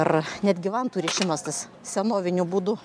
ar netgi vantų rišimas tas senoviniu būdu